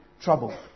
trouble